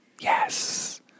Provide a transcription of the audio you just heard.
Yes